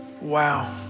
Wow